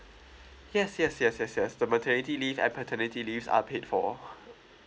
yes yes yes yes yes the maternity leave and paternity leave I paid for